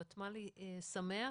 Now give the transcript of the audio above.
הוותמ"ל שמח,